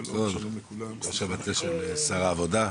ראש המטה של שר העבודה.